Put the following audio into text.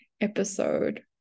episode